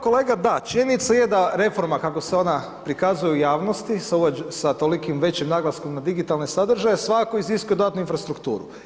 Kolega da, činjenica je da reforma kako se ona prikazuje u javnosti sa tolikim većim naglaskom na digitalne sadržaje svakako iziskuje dodatnu infrastrukturu.